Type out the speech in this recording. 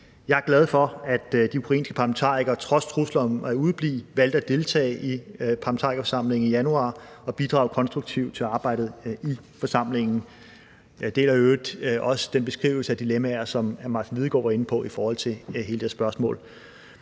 Jeg er glad for, at de ukrainske parlamentarikere trods trusler om at udeblive valgte at deltage i den Parlamentariske Forsamling i januar og bidrage konstruktivt til arbejdet i forsamlingen. Jeg deler i øvrigt også den beskrivelse af dilemmaer, som hr. Martin Lidegaard var inde på i forhold til hele det spørgsmål.